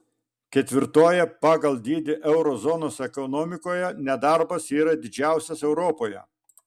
ketvirtoje pagal dydį euro zonos ekonomikoje nedarbas yra didžiausias europoje